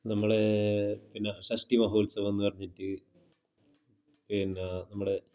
നമ്മളേ പിന്നെ ഷഷ്ഠി മഹോത്സവംന്ന് പറഞ്ഞിറ്റ് പിന്നെ നമ്മുടെ